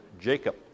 Jacob